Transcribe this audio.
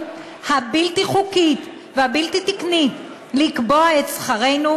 הבלתי-חוקית והבלתי-תקנית לקבוע את שכרנו,